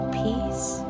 peace